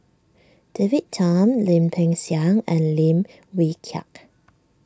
David Tham Lim Peng Siang and Lim Wee Kiak